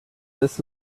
this